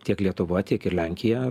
tiek lietuva tiek ir lenkija